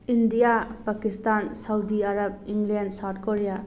India Pakistan Saudi Arab ꯏꯪꯂꯦꯟ South Korea